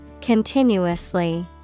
Continuously